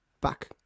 back